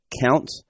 count